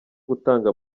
gutanga